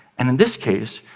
and in this case,